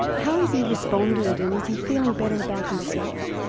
how has he responded and is he feeling better about himself?